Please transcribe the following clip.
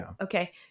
okay